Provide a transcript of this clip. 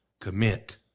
commit